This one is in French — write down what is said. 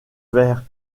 vers